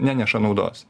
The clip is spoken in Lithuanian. neneša naudos